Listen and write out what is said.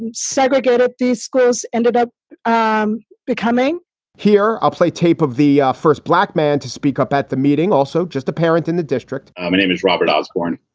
and segregated these schools ended up um becoming here, i'll play tape of the first black man to speak up at the meeting. also just a parent in the district ah my name is robert osborne.